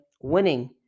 winning